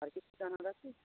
আর কিছু জানার আছে